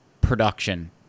production